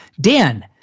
Dan